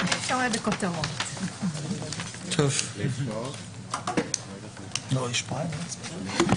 רשות או בעל תפקיד הזכאי לקבל מידע פלילי לפי סעיפים 11 עד 14(א),